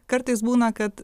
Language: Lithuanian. kartais būna kad